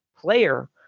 player